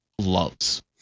loves